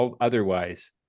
otherwise